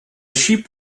sheep